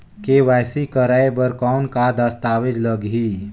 KYC कराय बर कौन का दस्तावेज लगही?